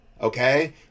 Okay